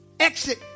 exit